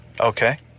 Okay